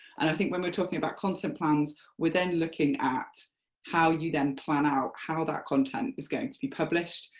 and i think when we are talking about content plans, we are then looking at how you then plan out how that content is going to be published,